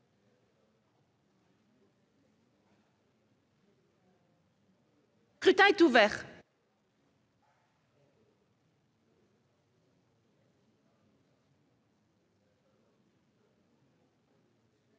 Le scrutin est ouvert.